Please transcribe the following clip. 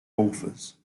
authors